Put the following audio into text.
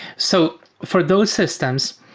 so for those systems,